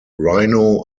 rhino